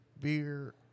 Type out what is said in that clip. beer